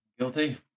Guilty